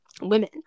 women